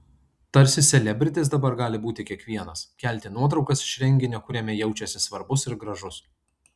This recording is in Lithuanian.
tarsi selebritis dabar gali būti kiekvienas kelti nuotraukas iš renginio kuriame jaučiasi svarbus ir gražus